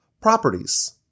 properties